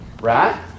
Right